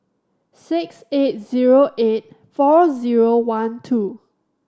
six eight zero eight four zero one two